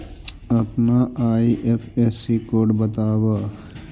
अपना IFSC code बतावअ